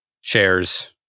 shares